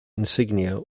insignia